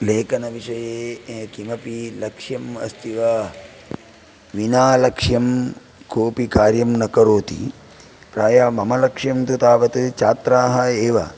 लेखनविषये किमपि लक्ष्यम् अस्ति वा विनालक्ष्यं कोऽपि कार्यं न करोति प्रायः मम लक्ष्यं तु तावत् छात्राः एव